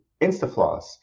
InstaFloss